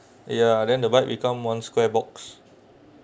ya then the bike become one square box